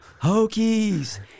Hokies